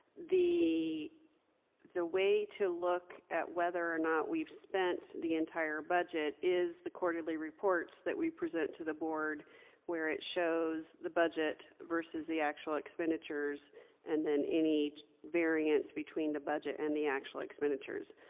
the the way to look at whether or not we've spent the entire budget is the quarterly reports that we present to the board where it shows the budget versus the actual expenditures and then any variance between the budget and the actual expenditures.